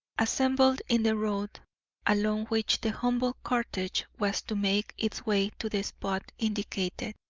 assembled in the road along which the humble cortege was to make its way to the spot indicated.